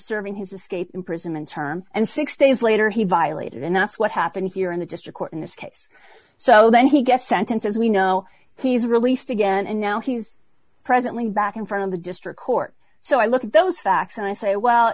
serving his escape imprisonment term and six days later he violated and that's what happened here in the district court in this case so then he gets sentenced as we know he's released again and now he's presently back in front of the district court so i look at those facts and i say well